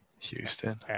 Houston